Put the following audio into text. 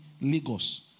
Lagos